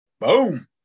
Boom